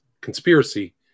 conspiracy